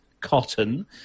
cotton